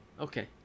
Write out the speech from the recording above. Okay